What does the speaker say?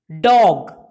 Dog